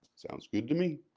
sounds good to me.